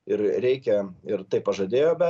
ir reikia ir tai pažadėjome